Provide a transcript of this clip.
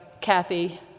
Kathy